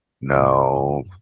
no